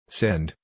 send